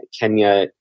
Kenya